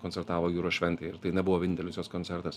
koncertavo jūros šventėj ir tai nebuvo vienintelis jos koncertas